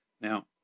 Now